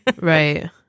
Right